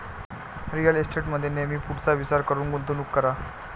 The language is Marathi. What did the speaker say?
रिअल इस्टेटमध्ये नेहमी पुढचा विचार करून गुंतवणूक करा